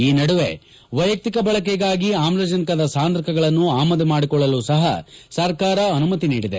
ಈ ನಡುವೆ ವೈಯಕ್ತಿಕ ಬಳಕೆಗಾಗಿ ಆಮ್ಲಜನಕದ ಸಾಂದ್ರಕಗಳನ್ನು ಆಮದು ಮಾಡಿಕೊಳ್ಳಲು ಸಹ ಸರ್ಕಾರ ಅನುಮತಿ ನೀಡಿದೆ